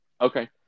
Okay